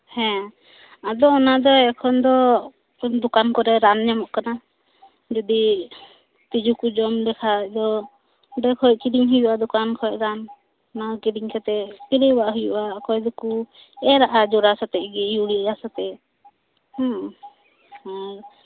ᱦᱮᱸ ᱟᱫᱚ ᱚᱱᱟ ᱫᱚ ᱮᱠᱷᱚᱱ ᱫᱚ ᱚᱥᱩᱫᱽ ᱫᱚᱠᱟᱱ ᱠᱚᱨᱮ ᱨᱟᱱ ᱧᱟᱢᱚᱜ ᱠᱟᱱᱟ ᱡᱩᱫᱤ ᱛᱤᱡᱩ ᱠᱚ ᱡᱚᱢ ᱞᱮᱠᱷᱟᱡ ᱫᱚ ᱚᱸᱰᱮ ᱠᱷᱚᱡ ᱠᱤᱨᱤᱧ ᱦᱩᱭᱩᱜᱼᱟ ᱫᱚᱠᱟᱱ ᱠᱷᱚᱡ ᱚᱱᱟ ᱨᱟᱱ ᱚᱱᱟ ᱠᱤᱨᱤᱧ ᱠᱟᱛᱮᱜ ᱥᱯᱨᱮᱭᱟᱜ ᱦᱩᱭᱩᱜᱼᱟ ᱚᱠᱚᱭ ᱫᱚᱠᱚ ᱮᱨᱟᱜᱼᱟ ᱡᱚᱨᱟ ᱥᱟᱛᱮᱜ ᱤᱭᱩᱨᱤᱭᱟ ᱥᱟᱛᱮ ᱦᱮᱸ ᱦᱮᱸ